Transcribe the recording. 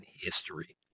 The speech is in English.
history